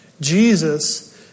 Jesus